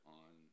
on